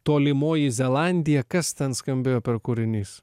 tolimoji zelandija kas ten skambėjo per kūrinys